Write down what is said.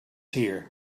here